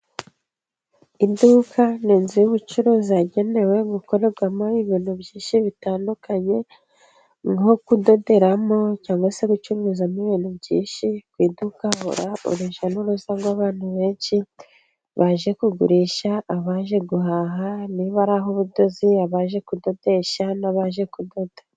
Iduka ni inzu y'ubucuruzi yagenewe gukorerwamo ibintu byinshi bitandukanye. Nko kudoderamo cyangwa se gucururizamo ibintu byinshi. Ku iduka hahora urujya n'uruza rw'abantu benshi, baje kugurisha, abaje guhaha, niba ari aho ubudozi, abaje kudodesha n'abaje kudoda.